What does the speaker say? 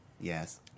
yes